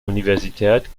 universität